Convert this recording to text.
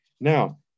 Now